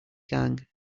gang